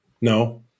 No